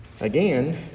Again